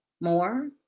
more